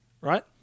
right